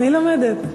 אני לומדת.